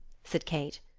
said kate.